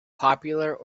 popular